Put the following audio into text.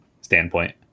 standpoint